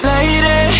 Lady